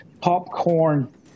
popcorn